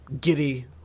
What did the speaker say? giddy